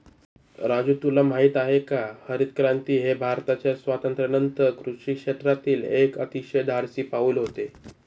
राजू तुला माहित आहे का हरितक्रांती हे भारताच्या स्वातंत्र्यानंतर कृषी क्षेत्रातील एक अतिशय धाडसी पाऊल होते